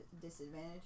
disadvantage